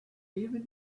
even